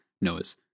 Noah's